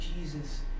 Jesus